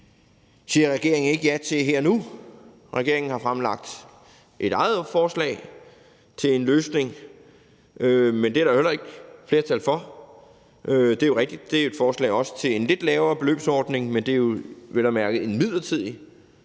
at regeringen ikke siger ja til her og nu. Regeringen har fremlagt et eget forslag til en løsning, men det er der jo heller ikke flertal for. Det er rigtigt, at det jo er et forslag til en lidt lavere beløbsordning, men det er vel at mærke